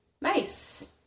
Nice